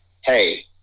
hey